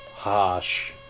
Harsh